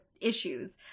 issues